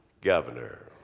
governor